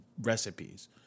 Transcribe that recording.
recipes